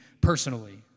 personally